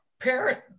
parent